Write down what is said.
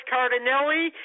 Cardinelli